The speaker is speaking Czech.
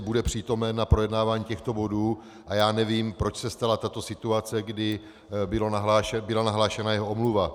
Bude přítomen na projednávání těchto bodů a já nevím, proč se stala tato situace, kdy byla nahlášena jeho omluva.